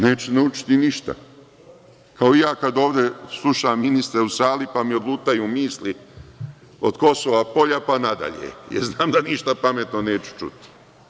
Neće naučiti ništa, kao i ja kada ovde slušam ministre u sali pa mi odlutaju misli od Kosova Polja pa nadalje, jer znam da ništa pametno neću čuti.